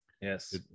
Yes